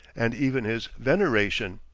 and even his veneration.